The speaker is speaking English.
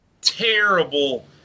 terrible